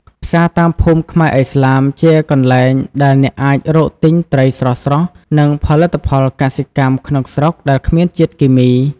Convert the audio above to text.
ផ្សារតាមភូមិខ្មែរឥស្លាមជាកន្លែងដែលអ្នកអាចរកទិញត្រីស្រស់ៗ និងផលិតផលកសិកម្មក្នុងស្រុកដែលគ្មានជាតិគីមី។